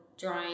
drawing